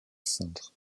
cintre